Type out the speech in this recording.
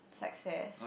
success